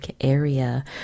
area